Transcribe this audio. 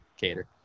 Cater